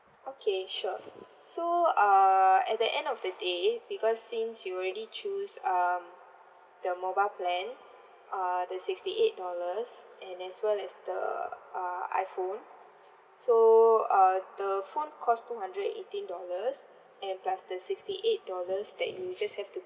okay sure so uh at the end of the day because since you already choose um the mobile plan uh the sixty eight dollars and as well as the uh iPhone so uh the phone costs two hundred and eighteen dollars and plus the sixty eight dollars that you just have to